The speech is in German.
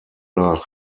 nach